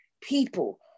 people